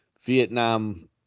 Vietnam